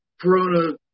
corona